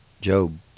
Job